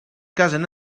casen